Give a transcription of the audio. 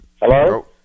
Hello